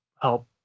help